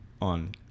on